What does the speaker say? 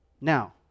Now